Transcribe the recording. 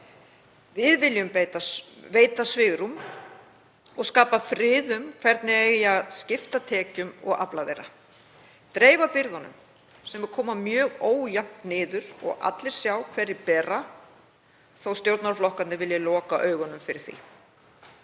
Við viljum veita svigrúm og skapa frið um hvernig eigi að skipta tekjum og afla þeirra, dreifa byrðunum sem koma mjög ójafnt niður og allir sjá hverjir bera, þó að stjórnarflokkarnir vilji loka augunum fyrir því.